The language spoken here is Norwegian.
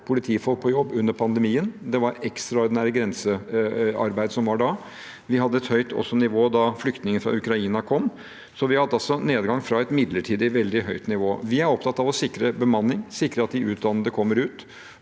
politifolk på jobb under pandemien. Det var ekstraordinært grensearbeid da. Vi hadde også et høyt nivå da flyktninger fra Ukraina kom. Vi har altså hatt en nedgang fra et midlertidig veldig høyt nivå. Vi er opptatt av å sikre bemanning, sikre at de utdannede kommer ut,